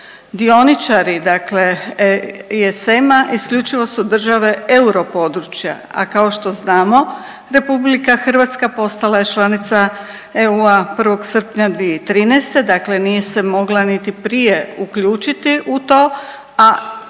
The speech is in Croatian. Dioničari dakle ESM-a isključivo su države europodručja, a kao što znamo RH postala je članica EU-a 1. srpnja 2013., dakle nije se mogla niti prije uključiti u to,